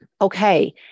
Okay